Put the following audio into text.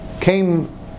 came